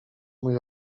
mój